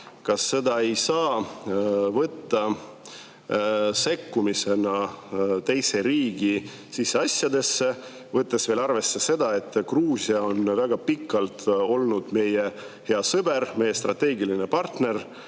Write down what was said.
Kas seda ei saa võtta sekkumisena teise riigi siseasjadesse? Võtame veel arvesse seda, et Gruusia on väga pikalt olnud meie hea sõber, meie strateegiline partner,